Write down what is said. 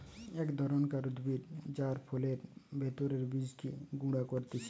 এক ধরণকার উদ্ভিদ যার ফলের ভেতরের বীজকে গুঁড়া করতিছে